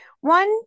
One